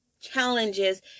challenges